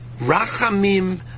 rachamim